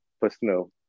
personal